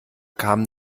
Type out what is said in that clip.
kamen